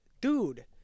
dude